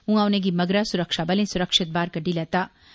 उयां उनें गी मगरा सुरक्षा बलें सुरक्षित बाहर कड्डी लैत्ता